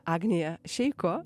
agnija šeiko